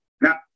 Now